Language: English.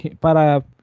para